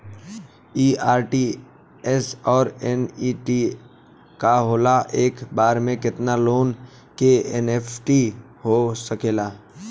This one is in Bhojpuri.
इ आर.टी.जी.एस और एन.ई.एफ.टी का होला और एक बार में केतना लोगन के एन.ई.एफ.टी हो सकेला?